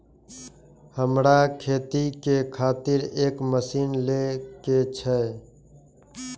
हमरा खेती के खातिर एक मशीन ले के छे?